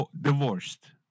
divorced